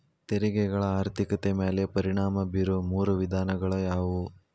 ತೆರಿಗೆಗಳ ಆರ್ಥಿಕತೆ ಮ್ಯಾಲೆ ಪರಿಣಾಮ ಬೇರೊ ಮೂರ ವಿಧಾನಗಳ ಯಾವು